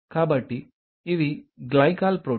కాబట్టి ఇవి glycol protein